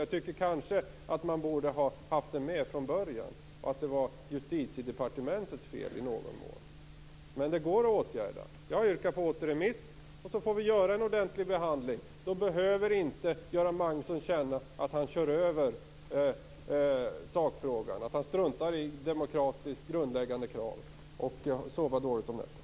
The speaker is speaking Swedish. Jag tycker nog att det borde ha funnits med från början. I någon mån är det Justitiedepartementets fel. Men detta går att åtgärda. Jag yrkar på återremiss, och sedan får vi göra en ordentlig behandling. Då behöver inte Göran Magnusson känna att han kör över i sakfrågan, att han struntar i demokratiskt grundläggande krav och att han sover dåligt om nätterna.